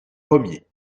pommiers